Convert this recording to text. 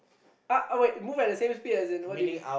uh wait move at the same speed as in what do you mean